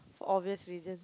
for obvious reasons